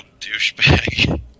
douchebag